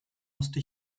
musste